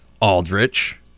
Aldrich